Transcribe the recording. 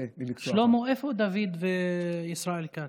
שלמה, איפה דוד וישראל כץ?